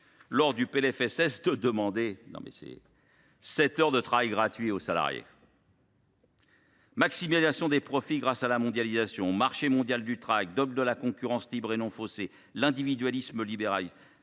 du PLFSS, de demander sept heures de travail gratuit aux salariés. La maximisation des profits, grâce à la mondialisation, le marché mondial du travail, le dogme de la concurrence libre et non faussée et l’individualisme libéral sont